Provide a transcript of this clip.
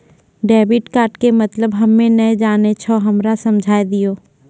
Debit card के मतलब हम्मे नैय जानै छौ हमरा समझाय दियौ?